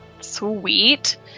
Sweet